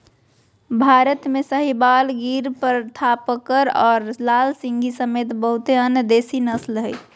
भारत में साहीवाल, गिर थारपारकर और लाल सिंधी समेत बहुते अन्य देसी नस्ल हइ